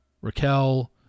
Raquel